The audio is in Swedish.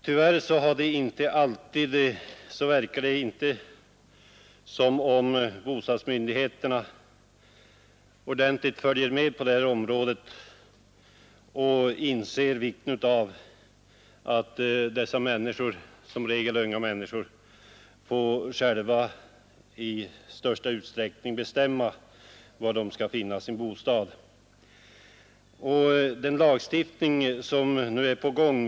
Tyvärr verkar det inte som om bostadsmyndigheterna följer med ordentligt på detta område och inser vikten av att dessa i regel unga människor själva i stor utsträckning skall få bestämma var de vill bo.